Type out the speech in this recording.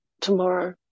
tomorrow